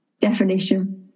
definition